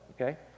Okay